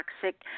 toxic